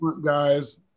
guys –